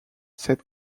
said